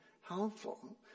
helpful